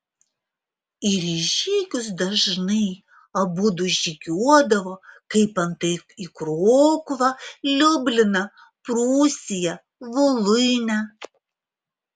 ir į žygius dažnai abudu žygiuodavo kaip antai į krokuvą liubliną prūsiją voluinę